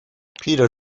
peter